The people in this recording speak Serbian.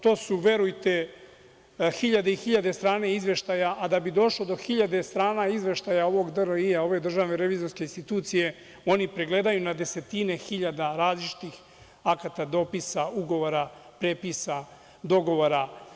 To su, verujte, hiljade i hiljade strana izveštaja, a da bi došao do hiljade strana izveštaja ovog DRI, ove Državne revizorske institucije, oni pregledaju na desetina hiljada različitih akata, dopisa, ugovora, prepisa, dogovora.